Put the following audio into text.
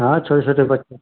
हाँ छोटे छोटे बच्चे